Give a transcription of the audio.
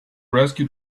rescue